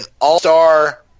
all-star